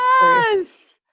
Yes